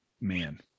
Man